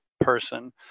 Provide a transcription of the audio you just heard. person